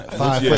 five